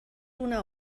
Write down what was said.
una